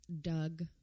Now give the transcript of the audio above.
Doug